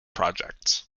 projects